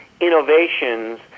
innovations